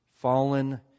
fallen